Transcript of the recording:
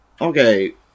Okay